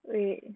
wait wait